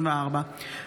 34,